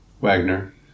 Wagner